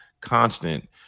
constant